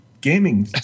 gaming